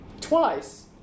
Twice